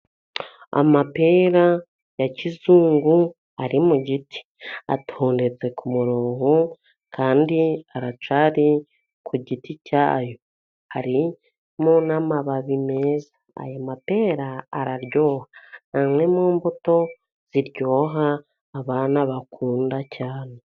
Amapera ya kizungu ari mu giti. Atondetse ku murongo kandi aracyari ku giti cyayo . Harimo n'amababi meza , ayo mapera araryoha ni amwe mu mbuto ziryoha abana bakunda cyane.